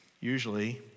Usually